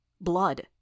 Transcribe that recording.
Blood